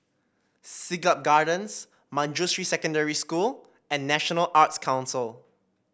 Siglap Gardens Manjusri Secondary School and National Arts Council